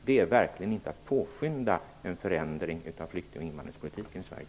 Det är verkligen inte att påskynda en förändring av flykting och invandringspolitiken i Sverige.